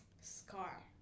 scar